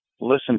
listen